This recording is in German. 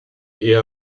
eher